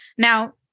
Now